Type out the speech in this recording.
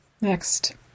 Next